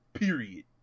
Period